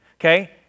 okay